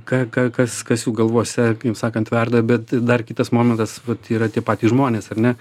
ką ką kas kas jų galvose kaip sakant verda bet dar kitas momentas vat yra tie patys žmonės ar ne